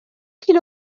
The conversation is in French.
qu’il